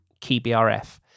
keyBRF